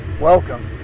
Welcome